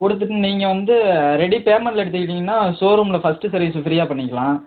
கொடுத்துட்டு நீங்கள் வந்து ரெடி பேமெண்ட்டில் எடுத்துக்கிட்டீங்கன்னால் ஷோ ரூமில் ஃபஸ்ட் சர்வீஸு ஃப்ரீயாக பண்ணிக்கலாம்